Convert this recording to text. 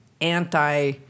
anti